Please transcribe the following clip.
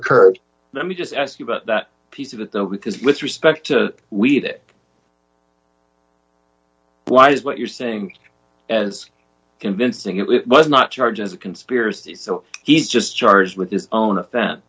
occurred let me just ask you about that piece of it though with respect to weed it why is what you're saying as convincing it was not charged as a conspiracy so he's just charged with his own